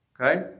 Okay